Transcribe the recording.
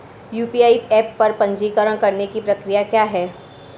UPI app पर पंजीकरण करने की प्रक्रिया क्या है?